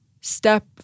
Step